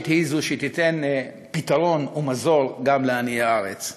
היא זו שתיתן פתרון ומזור גם לעניי הארץ.